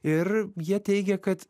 ir jie teigia kad